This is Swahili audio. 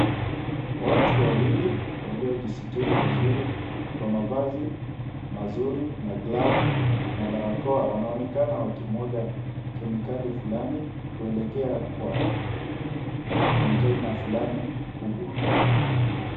Watu wawili waliojisitiri vizuri kwa mavazi mazuri na glavu na barakoa wanaonekana wakimwaga kemikali flani kuelekea kwa container flani kubwa.